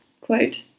quote